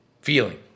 Feeling